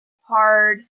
hard